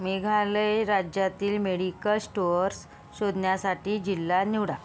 मेघालय राज्यातील medical stores शोधण्यासाठी जिल्हा निवडा